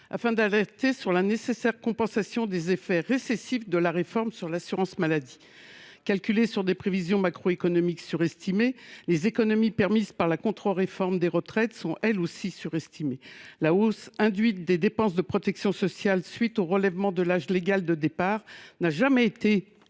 afin d’alerter sur la nécessaire compensation des effets récessifs de la réforme sur l’assurance maladie. Calculées sur des prévisions macroéconomiques surestimées, les économies permises par la contre réforme des retraites le sont tout autant. La hausse induite des dépenses de protection sociale à la suite du relèvement de l’âge légal de départ à la retraite